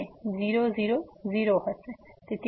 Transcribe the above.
અને 0 0 0 હશે તેથી હવે આ fyy